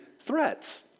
threats